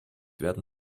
werden